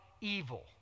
evil